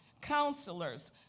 counselors